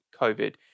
COVID